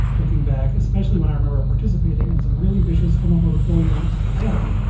looking back, especially when i remember participating in some really vicious homophobic bullying of adam,